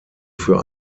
für